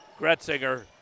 Gretzinger